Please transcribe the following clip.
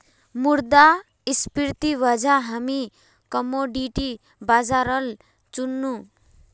मुद्रास्फीतिर वजह हामी कमोडिटी बाजारल चुन नु